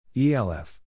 ELF